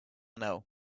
know